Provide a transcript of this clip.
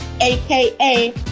aka